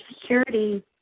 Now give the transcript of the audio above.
security